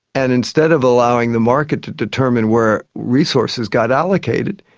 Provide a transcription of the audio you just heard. and instead of allowing the market to determine where resources got allocated,